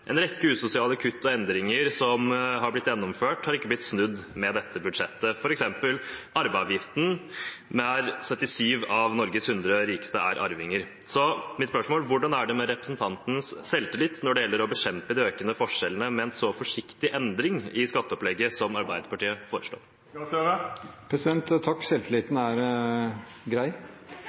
En rekke usosiale kutt og endringer som har blitt gjennomført, har ikke blitt snudd med dette budsjettet, f.eks. arveavgiften. Nær 77 av Norges 100 rikeste er arvinger. Mitt spørsmål er: Hvordan er det med representantens selvtillit når det gjelder å bekjempe de økende forskjellene med en så forsiktig endring i skatteopplegget som Arbeiderpartiet foreslår? Takk, selvtilliten er grei.